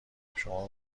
شما